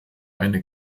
eine